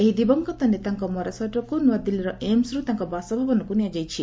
ଏହି ଦିବଂଗତ ନେତାଙ୍କ ମରଶରୀରକୁ ନୂଆଦିଲ୍ଲୀର ଏମ୍ମରୁ ତାଙ୍କ ବାସଭବନକୁ ନିଆଯାଇଛି